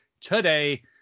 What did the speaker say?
today